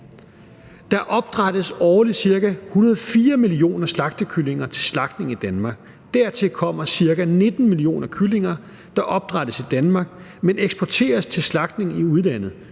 Der opdrættes årligt ca. 104 millioner slagtekyllinger til slagtning i Danmark, og dertil kommer ca. 19 millioner kyllinger, der opdrættes i Danmark, men eksporteres til slagtning i udlandet,